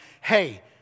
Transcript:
hey